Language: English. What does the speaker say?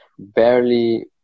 barely